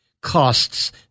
costs